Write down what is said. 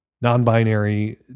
non-binary